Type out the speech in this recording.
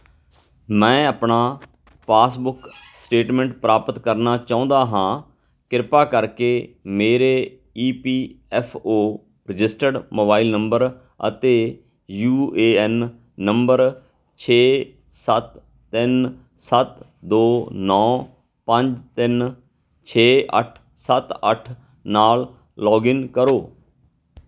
ਮੈਂ ਆਪਣਾ passbook statement ਪ੍ਰਾਪਤ ਕਰਨਾ ਚਾਹੁੰਦਾ ਹਾਂ ਕਿਰਪਾ ਕਰਕੇ ਮੇਰੇ E P F O registered mobile number ਅਤੇ ਯੂ ਏ ਐਨ ਨੰਬਰ ਛੇ ਸੱਤ ਤਿੰਨ ਸੱਤ ਦੋ ਨੌ ਪੰਜ ਤਿੰਨ ਛੇ ਅੱਠ ਸੱਤ ਅੱਠ ਨਾਲ ਲੋਗਇੰਨ ਕਰੋ